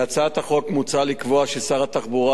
בהצעת החוק מוצע לקבוע ששר התחבורה,